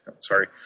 Sorry